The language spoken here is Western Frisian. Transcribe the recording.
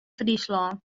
fryslân